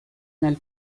nel